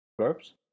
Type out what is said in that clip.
Verbs